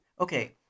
okay